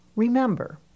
Remember